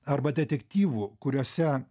arba detektyvų kuriuose